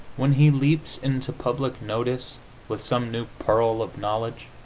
when he leaps into public notice with some new pearl of knowledge,